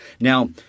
Now